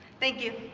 thank you.